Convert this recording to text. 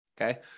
Okay